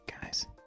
guys